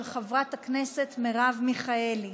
של חברת הכנסת מרב מיכאלי.